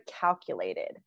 calculated